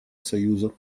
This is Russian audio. союза